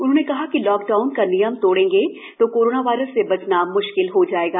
उन्होंने कहा कि लॉकडाउन का नियम तोड़ेंगे तो कोरोना वायरस से बचना म्श्किल हो जायेगा